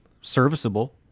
serviceable